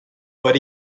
but